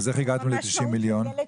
איך הגעתם ל-90 מיליון שקלים?